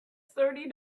thirty